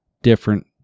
different